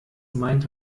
meint